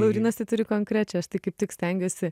laurynas tai turi konkrečią aš tai kaip tik stengiuosi